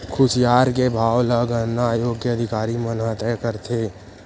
खुसियार के भाव ल गन्ना आयोग के अधिकारी मन ह तय करथे